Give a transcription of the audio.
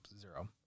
zero